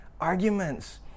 arguments